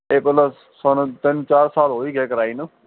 ਇਹ ਭਲਾ ਸਾਨੂੰ ਤਿੰਨ ਚਾਰ ਸਾਲ ਹੋ ਹੀ ਗਏ ਹੈ ਕਰਾਈ ਨੂੰ